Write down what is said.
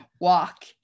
walk